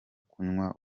kunywa